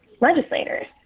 legislators